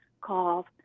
cough